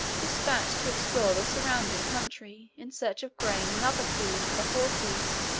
dispatched to explore the surrounding country in search of grain and other food for the horses.